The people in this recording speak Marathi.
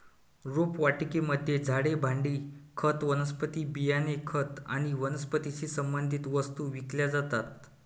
रोपवाटिकेमध्ये झाडे, भांडी, खत, वनस्पती बियाणे, खत आणि वनस्पतीशी संबंधित वस्तू विकल्या जातात